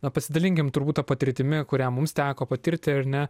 na pasidalinkim turbūt ta patirtimi kurią mums teko patirti ar ne